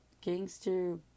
Gangster